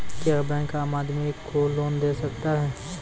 क्या बैंक आम आदमी को लोन दे सकता हैं?